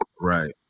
right